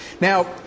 Now